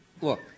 look